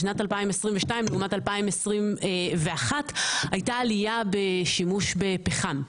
בשנת 2022 לעומת 2021 הייתה עלייה בשימוש בפחם,